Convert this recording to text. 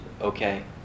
okay